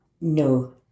No